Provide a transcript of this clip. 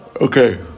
Okay